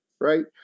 right